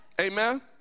Amen